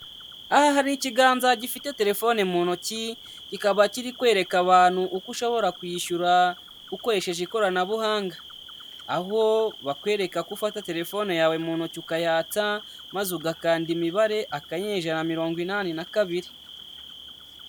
Aha hari ikiganza gifite telefoni mu ntoki, kikaba kiri kwereka abantu uko ushobora kwiyishyura ukoresheje ikoranabuhanga, aho bakwereka ko ufata telefone yawe mu ntoki ukayatsa maze ugakanda imibare, akanyenyeri ijana na mirongo inani na kabiri.